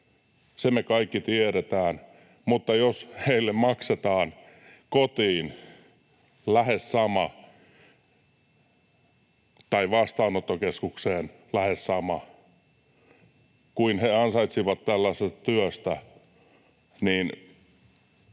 se me kaikki tiedetään — mutta jos heille maksetaan vastaanottokeskukseen lähes sama kuin mitä he ansaitsisivat tällaisesta työstä, niin